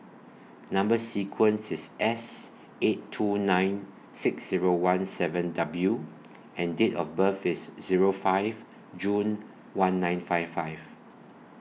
Number sequence IS S eight two nine six Zero one seven W and Date of birth IS Zero five June one nine five five